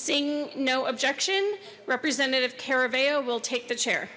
seeing no objection representative carabeo will take the chair